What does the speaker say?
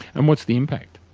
and what's the impact?